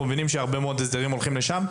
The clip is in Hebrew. מבינים שהרבה מאוד הסדרים מאוד בעייתיים הולכים לשם.